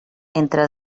entre